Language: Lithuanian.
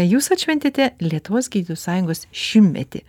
jūs atšventėte lietuvos gydytojų sąjungos šimtmetį